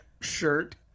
shirt